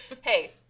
Hey